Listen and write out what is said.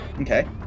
Okay